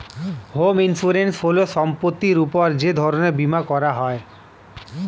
home insurance হল সম্পত্তির উপর যে ধরনের বীমা করা হয়